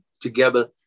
together